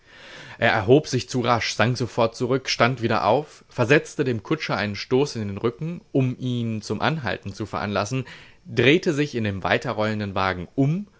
er erhob sich zu rasch sank sofort zurück stand wieder auf versetzte dem kutscher einen stoß in den rücken um ihn zum halten zu veranlassen drehte sich in dem weiterrollenden wagen um